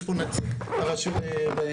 יש פה נציג מהמועצות,